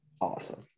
Awesome